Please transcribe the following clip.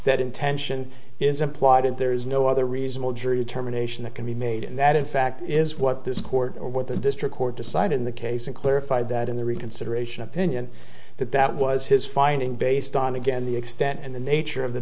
that intention is implied and there is no other reasonable jury determination that can be made and that in fact is what this court or what the district court decided in the case of clarified that in the reconsideration opinion that that was his finding based on again the extent and the nature